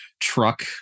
truck